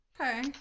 okay